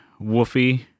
woofy